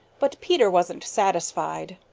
but peter wasn't satisfied.